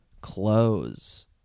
close